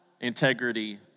integrity